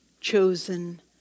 chosen